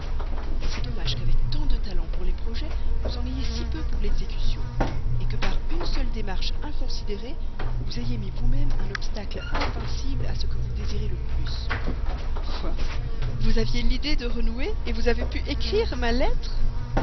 c'est dommage qu'avec tant de talent pour les projets vous en ayez si peu pour l'exécution que par une seule démarche inconsidérée vous ayez mis vous-même un obstacle invincible à ce que vous désirez le plus quoi vous aviez l'idée de renouer vous avez pu écrire ma lettre